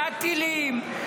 מהטילים,